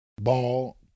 ball